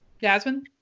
Jasmine